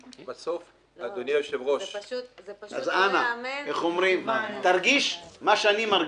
אז איך אומרים, תרגיש מה שאני מרגיש.